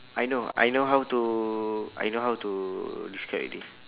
I know I know how to I know how to describe already